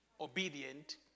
obedient